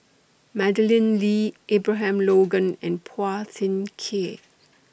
Madeleine Lee Abraham Logan and Phua Thin Kiay